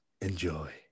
Enjoy